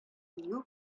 дию